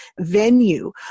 venue